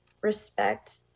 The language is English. respect